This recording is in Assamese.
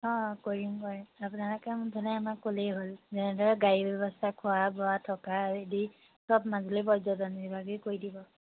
অঁ কৰিম কৰিম আপোনালোকে মুঠতে আমাক ক'লেই হ'ল যেনেদৰে গাড়ী ব্যৱস্থা খোৱা বোৱা থকা আদি চব মাজুলী পৰ্যটন বিভাগেই কৰি দিব